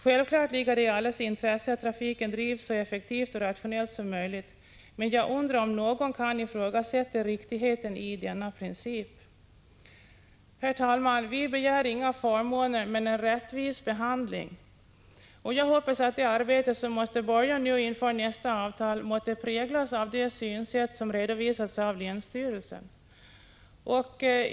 Självfallet ligger det i allas intresse att trafiken drivs så effektivt och rationellt som möjligt, men jag undrar om någon kan ifrågasätta riktigheten i denna princip? Herr talman! Vi begär inga förmåner men en rättvis behandling, och jag hoppas att det arbete som måste börja nu inför nästa avtal måtte präglas av det synsätt som redovisats av länsstyrelsen.